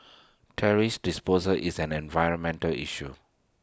thrash disposal is an environmental issue